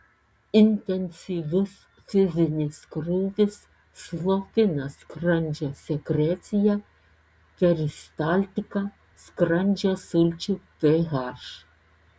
intensyvus fizinis krūvis slopina skrandžio sekreciją peristaltiką skrandžio sulčių ph